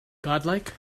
godlike